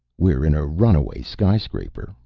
we're in a runaway skyscraper,